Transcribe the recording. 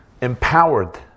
empowered